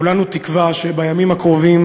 כולנו תקווה שבימים הקרובים